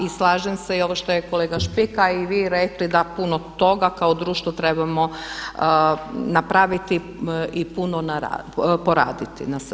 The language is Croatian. I slažem se i ovo što je kolega Špika i vi rekli da puno toga kao društvo trebamo napraviti i puno poraditi na sebi.